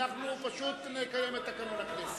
אנחנו פשוט נקיים את תקנון הכנסת.